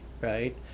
right